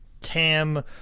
tam